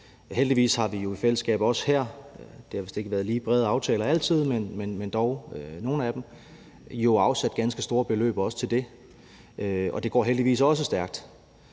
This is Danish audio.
Heldigvis har vi jo i fællesskab også her – det har vist ikke været lige brede aftaler altid, men det gælder dog nogle af dem – afsat ganske store beløb til det. Og det går heldigvis også stærkt.